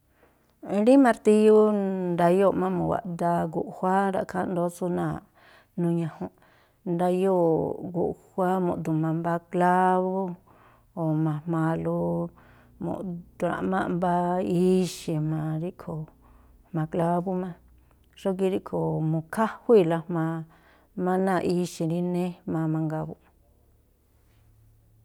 Rí martíyú ndayóo̱ꞌ má mu̱waꞌdáá guꞌjuáá, ra̱ꞌkhááꞌ i̱ndóó tsú náa̱ꞌ nuñajunꞌ. Ndayóo̱ꞌ guꞌjuáá mu̱du̱ma mbá klábú, o̱ ma̱jmaalú mu̱ꞌdra̱ꞌmáꞌ mbá ixi̱ jma̱a ríꞌkhui̱ o jma̱a klábú má. Xógíꞌ ríꞌkhui̱ mu̱khájuíi̱la jma̱a má náa̱ꞌ ixi̱ rí jnéjmaa mangaa buꞌ.